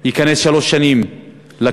הוא ייכנס לשלוש שנים לכלא,